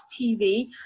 tv